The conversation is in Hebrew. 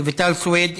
רויטל סויד,